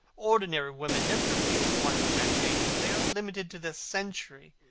ordinary women never appeal to one's imagination. they are limited to their century.